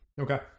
Okay